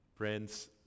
Friends